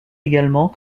également